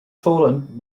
fallen